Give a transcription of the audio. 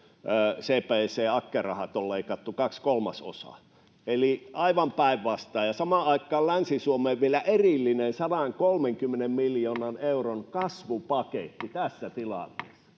CBC- ja AKKE-rahoista leikattu kaksi kolmasosaa. Eli on aivan päinvastoin. Samaan aikaan Länsi-Suomeen tulee vielä erillinen 130 miljoonan euron kasvupaketti [Puhemies